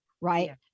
right